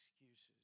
excuses